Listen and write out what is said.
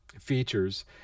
features